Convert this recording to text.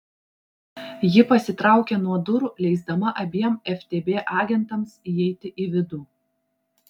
ji pasitraukė nuo durų leisdama abiem ftb agentams įeiti į vidų